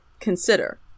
consider